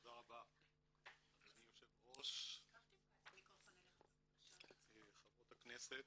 תודה רבה אדוני יושב הראש, חברות הכנסת.